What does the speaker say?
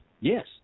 yes